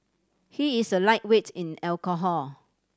he is a lightweight in alcohol